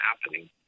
happening